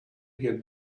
get